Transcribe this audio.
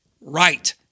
right